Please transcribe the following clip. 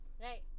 Right